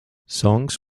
songs